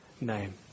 name